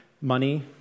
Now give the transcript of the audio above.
money